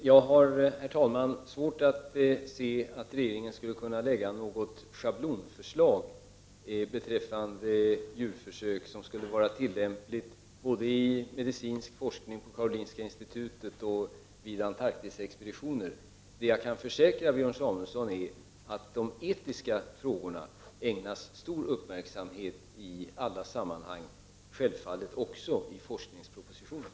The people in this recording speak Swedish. Herr talman! Jag har svårt att se att regeringen skulle kunna lägga fram något schablonförslag beträffande djurförsök som skulle vara tillämpligt både i medicinsk forskning på Karolinska institutet och vid Antarktisexpeditioner. Det jag kan försäkra Björn Samuelson är att de etiska frågorna ägnas stor uppmärksamhet i alla sammanhang, självfallet också i forskningspropositionen.